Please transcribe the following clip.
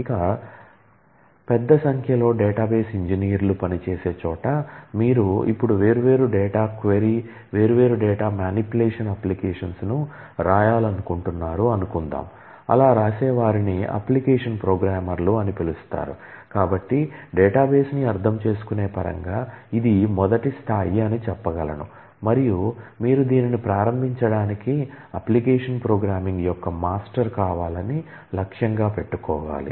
ఇక పెద్ద సంఖ్యలో డేటాబేస్ ఇంజనీర్లు యొక్క మాస్టర్ కావాలని లక్ష్యంగా పెట్టుకోవాలి